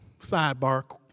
Sidebar